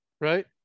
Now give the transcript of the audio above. right